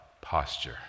posture